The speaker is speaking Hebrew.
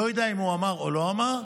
לא יודע אם הוא אמר או לא אמר,